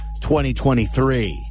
2023